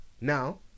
Now